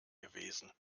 gewesen